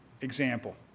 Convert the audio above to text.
example